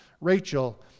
Rachel